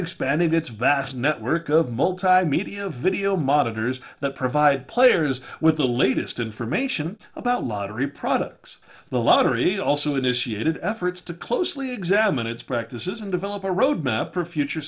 expanding its vast network of multimedia video monitors that provide players with the latest information about lottery products the lottery also initiated efforts to closely examine its practices and develop a road map for future